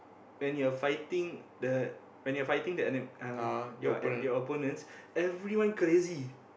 when you are fighting the when you are fighting the enem~ uh your your opponents everyone crazy